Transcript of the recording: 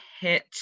hit